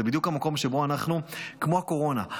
זה בדיוק המקום שבו אנחנו, כמו הקורונה.